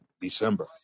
December